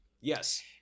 Yes